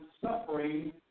suffering